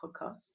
podcast